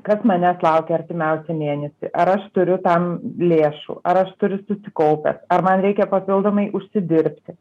kas manęs laukia artimiausią mėnesį ar aš turiu tam lėšų ar aš turiu susikaupęs ar man reikia papildomai užsidirbti